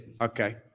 Okay